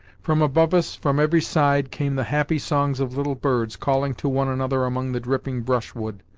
from above us, from every side, came the happy songs of little birds calling to one another among the dripping brushwood,